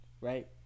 right